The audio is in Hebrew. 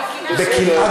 מקנאה